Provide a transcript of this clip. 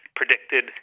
predicted